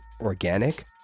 organic